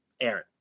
Aaron